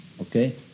Okay